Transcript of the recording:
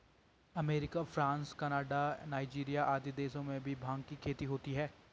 America, France, Canada, Nigeria आदि देशों में भी भाँग की खेती होती है